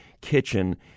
kitchen